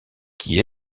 qui